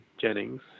Jennings